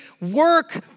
work